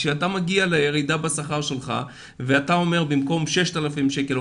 כשאתה מגיע לירידה בשכר שלך ואתה אומר במקום 5,000 שקל,